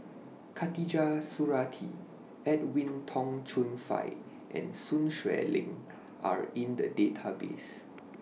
Khatijah Surattee Edwin Tong Chun Fai and Sun Xueling Are in The Database